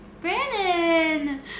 Brandon